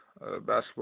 basketball